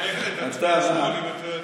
איילת, את, שמאל אם את לא יודעת.